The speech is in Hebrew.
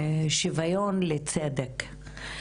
שוויון לצדק,